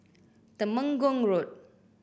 Temenggong Road